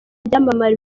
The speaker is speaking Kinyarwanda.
byamamare